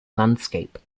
landscape